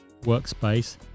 workspace